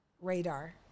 Radar